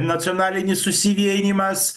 nacionalinis susivienijimas